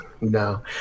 no